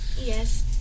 Yes